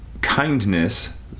kindness